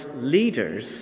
leaders